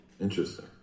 Interesting